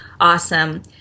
awesome